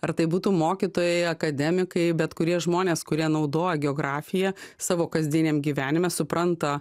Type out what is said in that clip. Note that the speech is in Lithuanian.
ar tai būtų mokytojai akademikai bet kurie žmonės kurie naudoja geografiją savo kasdieniam gyvenime supranta